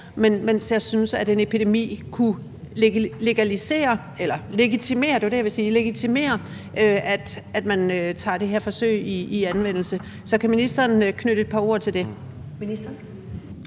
mens jeg synes, at en epidemi kunne legitimere, at man tager det her forsøg i anvendelse. Kan ministeren knytte et par ord til det?